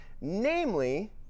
namely